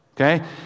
okay